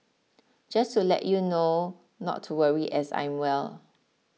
just to let you know not to worry as I'm well